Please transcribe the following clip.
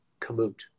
kamut